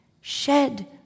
shed